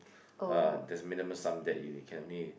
uh there's minimum sum that you can only